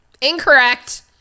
incorrect